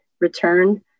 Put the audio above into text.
return